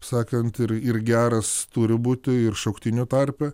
sakant ir ir geras turi būti ir šauktinių tarpe